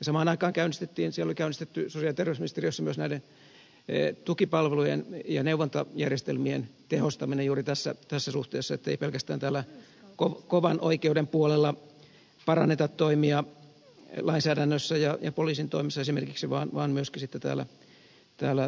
samaan aikaan oli käynnistetty sosiaali ja terveysministeriössä myös näiden tukipalvelujen ja neuvontajärjestelmien tehostaminen juuri tässä suhteessa niin että ei pelkästään täällä kovan oikeuden puolella paranneta toimia lainsäädännössä ja poliisin toimissa esimerkiksi vaan myöskin sitten täällä tukipalvelujen puolella